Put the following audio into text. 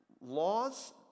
laws